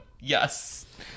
yes